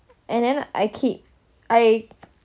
and then I keep I